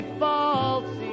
false